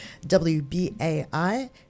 WBAI